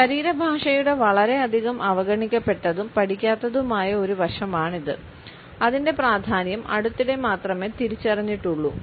ശരീരഭാഷയുടെ വളരെയധികം അവഗണിക്കപ്പെട്ടതും പഠിക്കാത്തതുമായ ഒരു വശമാണിത് അതിന്റെ പ്രാധാന്യം അടുത്തിടെ മാത്രമേ തിരിച്ച്റിഞ്ഞിട്ടുള്ളൂ